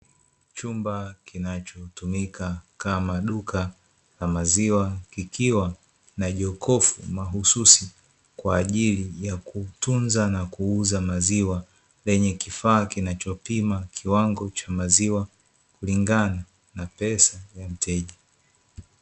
Chumba kinachotumika kama duka la maziwa, kikiwa na jokofu mahususi kwa ajili ya kutunza na kuuza maziwa, lenye kifaa kinachopima kiwango cha maziwa kulingana na pesa ya mteja.